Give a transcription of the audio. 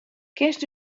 kinst